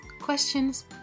questions